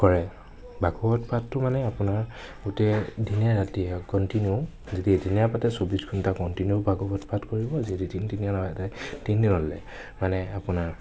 কৰে ভাগৱত পাঠটো মানে আপোনাৰ গোটেই দিনে ৰাতিয়ে কন্টিনিউ যিদিনাই পাতে চৌবিছ ঘণ্টাই কণ্টিনিউ ভাগৱত পাঠ কৰিব যদি তিনিদিনলৈ মানে আপোনাৰ